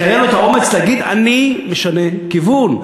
כי היה לו האומץ להגיד: אני משנה כיוון.